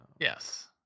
Yes